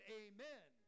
amen